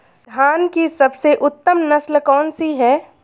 धान की सबसे उत्तम नस्ल कौन सी है?